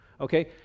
okay